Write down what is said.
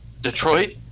Detroit